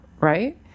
right